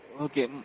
Okay